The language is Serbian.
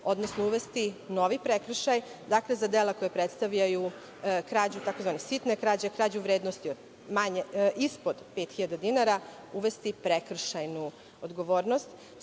odnosno uvesti novi prekršaj za dela koja predstavljaju krađu tzv. sitne krađe, krađu u vrednosti ispod 5.000 dinara i uvesti prekršajnu odgovornost.